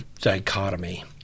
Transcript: dichotomy